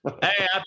Hey